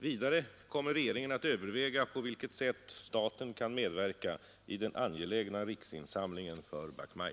Vidare kommer regeringen att överväga på vilket sätt staten kan medverka i den angelägna riksinsamlingen för Bach Mai.